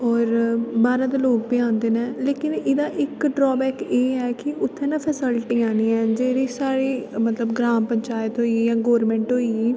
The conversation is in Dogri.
और बारे दे लोक बी आंदे ना लेकिन एहदा इक ड्राबैक ऐ है कि उत्थै ना फैसिलटियां नेईं हैन जेहड़ी साढ़ी ग्रां पचांयत होई गेई गवर्नमैंट होई गेई